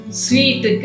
sweet